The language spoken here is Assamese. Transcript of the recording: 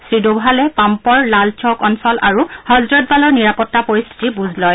শ্ৰী ডোভালে পাম্প'ৰ লাল চৌক অঞ্চল আৰু হজৰতবালৰ নিৰাপত্তা পৰিস্থিতিৰ বুজ লয়